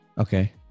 Okay